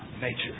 nature